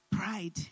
Pride